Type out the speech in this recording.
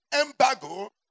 embargo